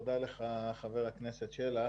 תודה לך חבר הכנסת שלח.